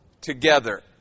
together